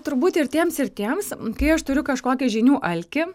turbūt ir tiems ir tiems kai aš turiu kažkokį žinių alkį